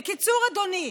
בקיצור, אדוני,